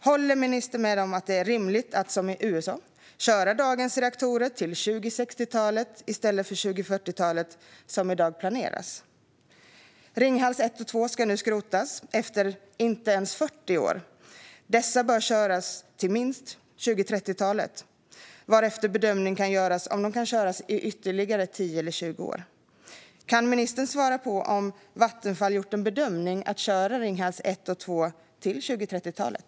Håller ministern med om att det är rimligt att som i USA köra dagens reaktorer till 2060-talet i stället för till 2040-talet som i dag planeras? Ringhals 1 och 2 ska nu skrotas efter inte ens 40 år. Dessa bör köras till minst 2030-talet varefter bedömning kan göras om de kan köras i ytterligare 10 eller 20 år. Kan ministern svara på om Vattenfall gjort en bedömning att köra Ringhals 1 och 2 till 2030-talet?